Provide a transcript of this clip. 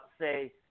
say